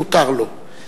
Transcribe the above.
מותר לו,